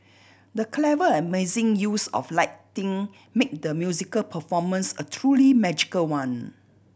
the clever and amazing use of lighting made the musical performance a truly magical one